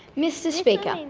mr speaker,